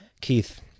Keith